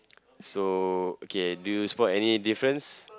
so okay do you spot any difference